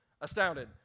astounded